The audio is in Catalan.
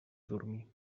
dormir